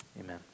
amen